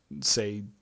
say